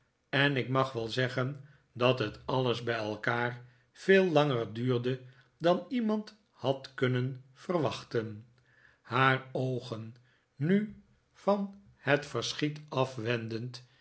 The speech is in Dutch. en ik mag wel zeggen dat het alles bij elkaar veel langer duurde dan iemand had kunnen verwachten haar oogen nu van het verschiet afwendend